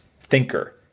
thinker